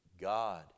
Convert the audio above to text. God